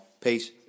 Peace